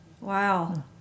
Wow